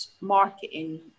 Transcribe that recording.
marketing